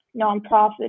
nonprofit